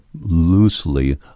loosely